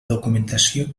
documentació